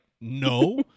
no